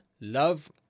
love